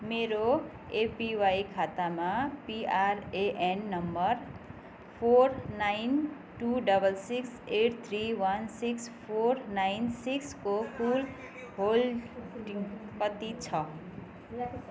मेरो एपिवाई खातामा PRAN number four nine two double six eight three one six four nine सिक्सको कुल holding कति छ